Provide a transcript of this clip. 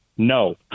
No